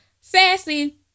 Sassy